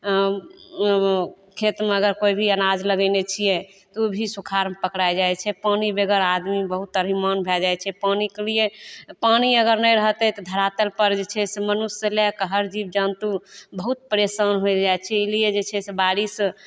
खेतमे अगर कोइ भी अनाज लगेने छियै तऽ ओ भी सुखार पकड़ा जाइ छै पानि बेगर आदमीके बहुत त्राहिमाम भऽ जाइ छै पानिके लिए पानि अगर नहि रहतै तऽ धरातल पर जे छै से मनुष्य से लए कऽ हर जीब जन्तु बहुत परेशान हो जाइ छै ई लिए जे छै से बारिष